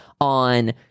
on